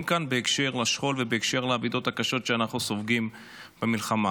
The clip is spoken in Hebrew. כאן בהקשר לשכול ובהקשר לאבדות הקשות שאנחנו סופגים במלחמה.